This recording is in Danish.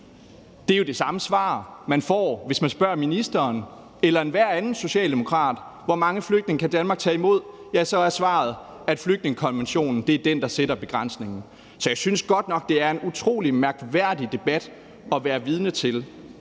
Det er jo det samme svar, man får, hvis man spørger ministeren eller enhver anden socialdemokrat, hvor mange flygtninge Danmark kan tage imod. For så er svaret, at det er flygtningekonventionen, der sætter begrænsningen. Så jeg synes godt nok, det er en utrolig mærkværdig debat at være vidne til,